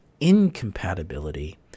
incompatibility